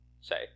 say